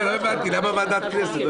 לא הבנתי למה ועדת הכנסת.